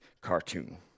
cartoon